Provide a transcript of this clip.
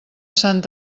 sant